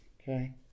Okay